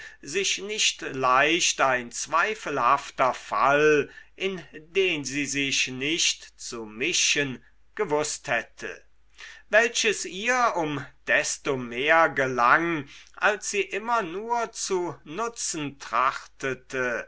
sich nicht leicht ein zweifelhafter fall in den sie sich nicht zu mischen gewußt hätte welches ihr um desto mehr gelang als sie immer nur zu nutzen